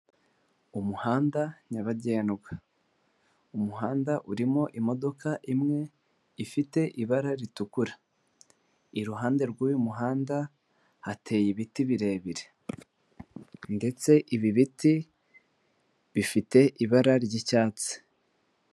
Umuhanda nyabagendwa, umuhanda urimo imodoka imwe ifite ibara ritukura, iruhande rw'uyu muhanda hateye ibiti birebire ndetse ibi biti bifite ibara ry'icyatsi.